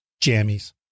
jammies